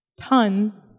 tons